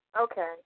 Okay